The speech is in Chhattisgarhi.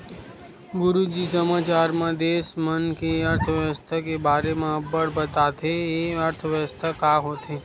गुरूजी समाचार म देस मन के अर्थबेवस्था के बारे म अब्बड़ बताथे, ए अर्थबेवस्था का होथे?